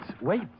Wait